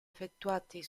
effettuate